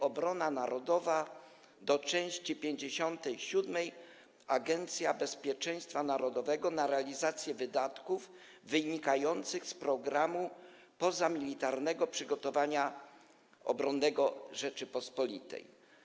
Obrona narodowa do części 57: Agencja Bezpieczeństwa Narodowego na realizację wydatków wynikających z programu pozamilitarnych przygotowań obronnych Rzeczypospolitej.